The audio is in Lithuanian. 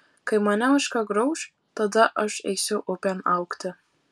kai mane ožka grauš tada aš eisiu upėn augti